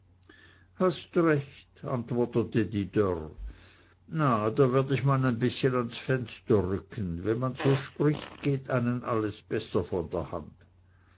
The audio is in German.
hast recht antwortete die dörr na da werd ich man ein bißchen ans fenster rücken wenn man so spricht geht einen alles besser von der hand